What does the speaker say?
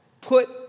put